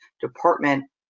department